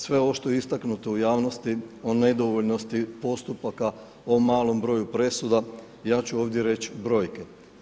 Sve ovo što je istaknuto u javnosti o nedovoljnosti postupaka, o malom broju presuda, ja ću ovdje reći brojke.